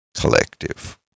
collective